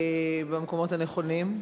במקומות הנכונים.